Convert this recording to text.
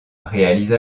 réalise